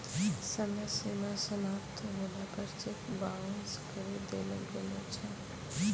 समय सीमा समाप्त होला पर चेक बाउंस करी देलो गेलो छै